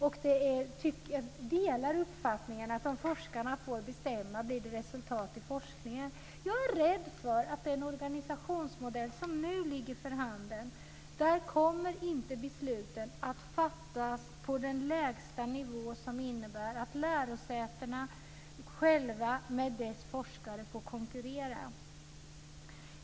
Jag delar uppfattningen att om forskarna får bestämma blir det resultat i forskningen. Jag är rädd för att i den organisationsmodell som nu ligger för handen kommer inte besluten att fattas på den lägsta nivån, dvs. att forskarna på lärosätena får konkurrera.